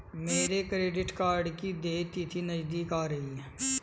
मेरे credit card की देय तिथि नज़दीक आ रही है